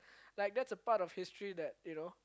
like that's a part of history that you know